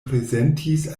prezentis